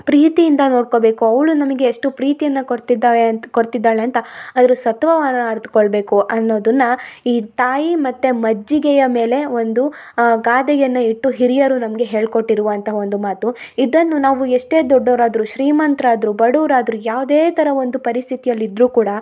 ಪ್ರೀತಿಯಿಂದ ನೋಡ್ಕೋಬೇಕು ಅವಳು ನಮಗೆ ಎಷ್ಟು ಪ್ರೀತಿಯನ್ನ ಕೊಡ್ತಿದ್ದಾಳೆ ಅಂತ ಕೊಡ್ತಿದ್ದಾಳೆ ಅಂತ ಅದ್ರ ಸತ್ವವನ್ನ ಅರ್ತ್ಕೊಳ್ಳಬೇಕು ಅನ್ನೋದನ್ನ ಈ ತಾಯಿ ಮತ್ತು ಮಜ್ಜಿಗೆಯ ಮೇಲೆ ಒಂದು ಆ ಗಾದೆಯನ್ನ ಇಟ್ಟು ಹಿರಿಯರು ನಮಗೆ ಹೇಳ್ಕೊಟ್ಟಿರುವಂಥ ಒಂದು ಮಾತು ಇದನ್ನು ನಾವು ಎಷ್ಟೇ ದೊಡ್ಡವ್ರು ಆದರೂ ಶ್ರೀಮಂತ್ರು ಆದರು ಬಡವರ್ ಆದರೂ ಯಾವುದೇ ಥರ ಒಂದು ಪರಿಸ್ಥಿತಿಯಲ್ಲಿ ಇದ್ದರೂ ಕೂಡ